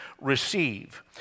receive